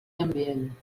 ambient